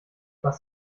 was